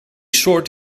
soort